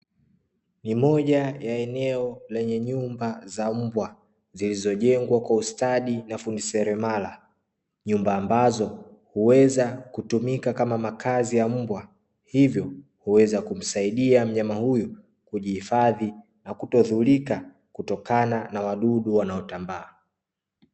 Ni moja ya eneo lenye nyumba za mbwa, zilizojengwa kwa ustadi na fundi seremala. Nyumba ambazo huweza kutumika kama makazi ya mbwa, hivyo huweza kumsaidia mnyama huyu kujihifadhi na kutodhurika kutokana na wadudu wanaotambaa.